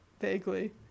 vaguely